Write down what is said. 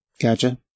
Gotcha